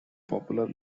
popular